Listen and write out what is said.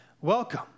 welcome